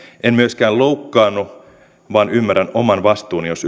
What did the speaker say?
en myöskään loukkaannu vaan ymmärrän oman vastuuni jos